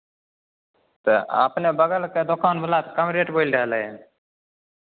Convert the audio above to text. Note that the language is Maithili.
तऽ अपने बगलके दोकानवला कम रेट बोलि रहलै हन